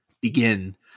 begin